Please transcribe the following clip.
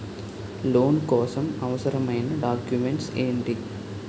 Loan కోసం అవసరమైన documents ఎంటి?